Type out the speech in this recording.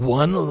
one